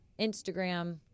Instagram